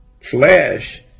flesh